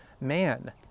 man